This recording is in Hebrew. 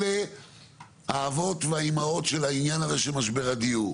אלה האבות והאימהות של העניין הזה של משבר הדיור,